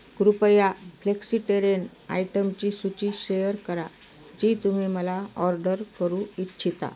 कृपया फ्लेक्सिटेरियन आयटमची सूची शेअर करा जी तुम्ही मला ऑर्डर करू इच्छिता